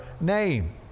name